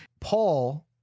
paul